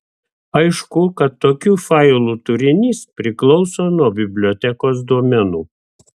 aišku kad tokių failų turinys priklauso nuo bibliotekos duomenų